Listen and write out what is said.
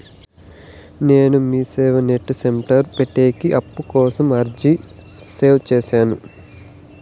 నేను Meeseva net centre పెట్టేకి అప్పు కోసం అర్జీ సేయొచ్చా?